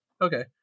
Okay